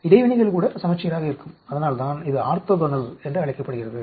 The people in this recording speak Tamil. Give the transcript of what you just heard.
இடைவினைகள் கூட சமச்சீராக இருக்கும் அதனால்தான் இது ஆர்த்தோகனல் என்று அழைக்கப்படுகிறது